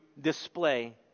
display